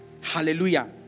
Hallelujah